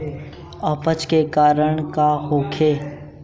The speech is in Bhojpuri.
अपच के कारण का होखे?